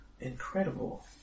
Incredible